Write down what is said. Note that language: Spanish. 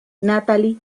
natalie